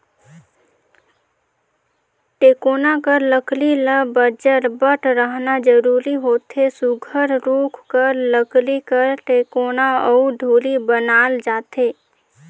टेकोना कर लकरी ल बजरबट रहना जरूरी होथे सुग्घर रूख कर लकरी कर टेकोना अउ धूरी बनाल जाथे